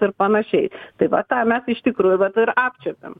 ir panašiai tai va tą mes iš tikrųjų vat ir apčiuopiam